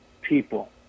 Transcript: people